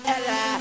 Ella